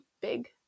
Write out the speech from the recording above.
big